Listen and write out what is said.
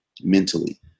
mentally